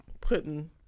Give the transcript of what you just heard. putting